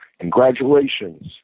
Congratulations